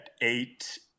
eight